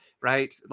right